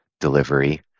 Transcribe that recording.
delivery